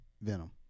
Venom